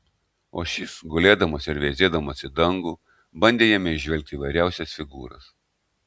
o šis gulėdamas ir veizėdamas į dangų bandė jame įžvelgti įvairiausias figūras